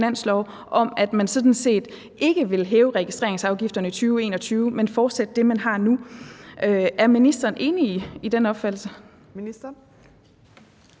om, at man sådan set ikke vil hæve registreringsafgifterne i 2021, men fortsætte med det, man har nu. Er ministeren enig i den opfattelse?